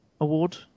award